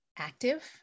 Active